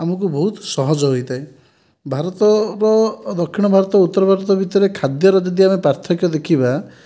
ଆମକୁ ବହୁତ ସହଜ ହୋଇଥାଏ ଭାରତର ଦକ୍ଷିଣ ଭାରତ ଉତ୍ତର ଭାରତ ମଧ୍ୟରେ ଯଦି ଖାଦ୍ୟର ପାର୍ଥକ ଦେଖିବା